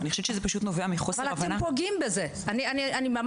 אני חושבת שזה נובע מחוסר הבנה --- אני חוזרת,